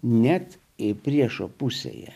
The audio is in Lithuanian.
net jei priešo pusėje